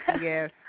Yes